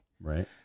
Right